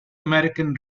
american